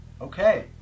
Okay